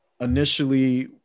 initially